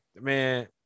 man